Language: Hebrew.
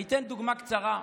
אני אתן דוגמה קצרה.